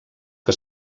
que